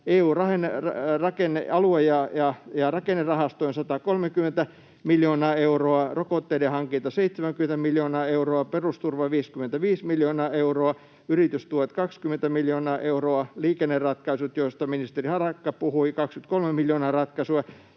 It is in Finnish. EU:n alue‑ ja rakennerahastojen 130 miljoonaa euroa, rokotteiden hankita 70 miljoonaa euroa, perusturva 55 miljoonaa euroa, yritystuet 20 miljoonaa euroa, liikenneratkaisut, joista ministeri Harakka puhui, 23 miljoonaa euroa ja